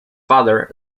father